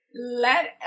let